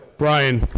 brian.